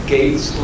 Gates